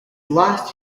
last